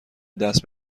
دست